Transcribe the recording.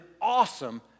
awesome